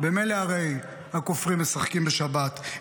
הרי הכופרים ממילא משחקים בשבת,